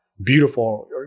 beautiful